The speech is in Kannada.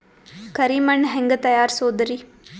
ಕರಿ ಮಣ್ ಹೆಂಗ್ ತಯಾರಸೋದರಿ?